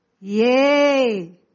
Yay